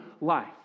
life